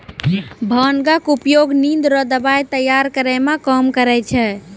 भांगक उपयोग निंद रो दबाइ तैयार करै मे काम करै छै